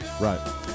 Right